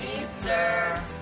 Easter